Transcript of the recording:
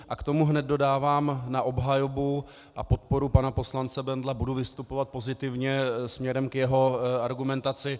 A k tomu hned dodávám na obhajobu a podporu pana poslance Bendla, budu vystupovat pozitivně směrem k jeho argumentaci.